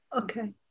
Okay